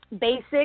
basic